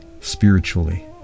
spiritually